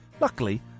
Luckily